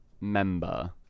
member